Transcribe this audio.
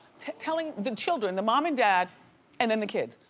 telling the children, the mom and dad and then the kids,